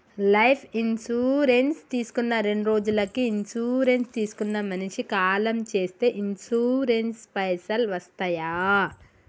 Life insurance తీసుకున్న రెండ్రోజులకి insurance తీసుకున్న మనిషి కాలం చేస్తే ఇన్సూరెన్స్ పైసల్ వస్తయా?